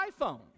iPhone